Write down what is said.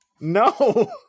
No